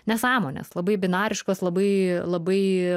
nesąmonės labai binariškos labai labai